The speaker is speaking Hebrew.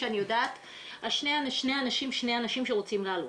שני אנשים שרוצים לעלות,